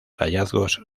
hallazgos